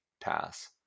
pass